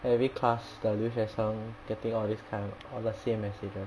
every class the 留学生 getting all these kind of all the same messages